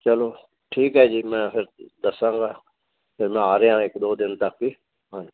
ਚਲੋ ਠੀਕ ਹੈ ਜੀ ਮੈਂ ਫਿਰ ਦੱਸਾਂਗਾ ਫਿਰ ਮੈਂ ਆ ਰਿਹਾ ਇੱਕ ਦੋ ਦਿਨ ਤੱਕ ਹਾਂ